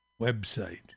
Website